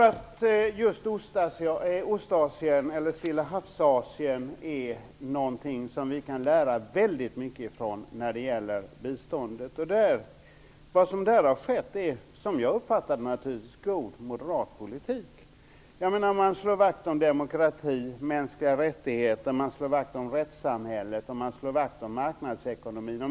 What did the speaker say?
Fru talman! Jag tror att vi kan lära väldigt mycket från just Ostasien eller Stillahavsasien när det gäller biståndet. Vad som där har skett är, som jag uppfattar det, naturligtvis god moderat politik. Man slår vakt om demokrati, mänskliga rättigheter, rättssamhället och marknadsekonomin.